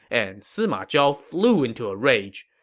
and sima zhao flew into a rage.